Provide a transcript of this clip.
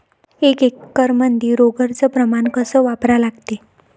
एक एकरमंदी रोगर च प्रमान कस वापरा लागते?